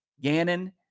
Gannon